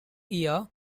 year